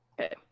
Okay